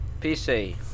PC